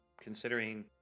considering